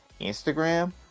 Instagram